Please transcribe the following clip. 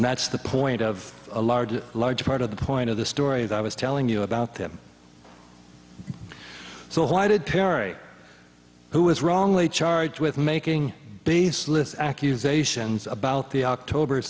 and that's the point of a large large part of the point of the stories i was telling you about them so why did perry who was wrongly charged with making baseless accusations about the october